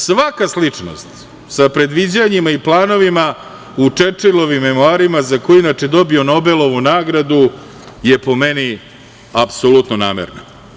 Svaka sličnost sa predviđanjima i planovima u Čerčilom memoarima, za koje je inače dobio Nobelovu nagradu, je po meni apsolutno namerna.